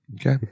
okay